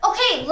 Okay